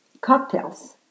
cocktails